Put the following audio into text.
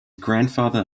grandfather